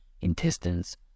intestines